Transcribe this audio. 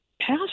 past